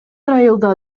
айылда